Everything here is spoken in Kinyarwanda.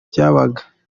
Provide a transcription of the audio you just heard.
byabaga